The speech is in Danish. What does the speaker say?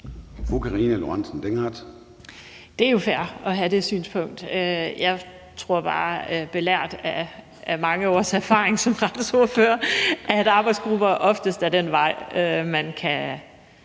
Det er jo fair at have det synspunkt. Jeg tror bare, belært af mange års erfaring som retsordfører, at arbejdsgrupper oftest er den vej, hvor man